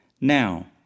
Now